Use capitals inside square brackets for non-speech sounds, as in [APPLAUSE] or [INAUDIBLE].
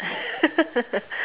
[LAUGHS]